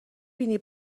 بینی